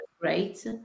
great